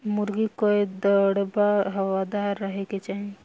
मुर्गी कअ दड़बा हवादार रहे के चाही